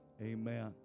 Amen